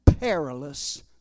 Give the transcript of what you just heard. perilous